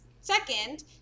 second